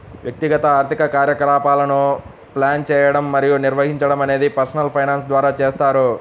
వ్యక్తిగత ఆర్థిక కార్యకలాపాలను ప్లాన్ చేయడం మరియు నిర్వహించడం అనేది పర్సనల్ ఫైనాన్స్ ద్వారా చేస్తారు